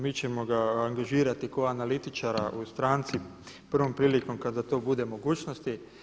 Mi ćemo ga angažirati kako analitičara u stranci prvom prilikom kada to bude mogućnost.